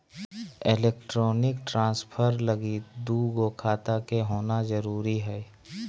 electronic transfer लगी दू गो खाता के होना जरूरी हय